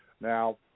Now